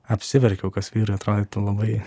apsiverkiau kas vyrui atrodytų labai